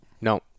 no